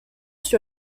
sur